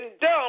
dumb